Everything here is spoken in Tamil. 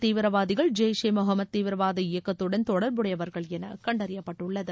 தீவிரவாதிகள் ஜெய் ஷே முகமது தீவிரவாத இயக்கத்துடன் தொடர்புடையவர்கள் இந்த என கண்டறியப்பட்டுள்ளது